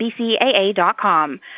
bcaa.com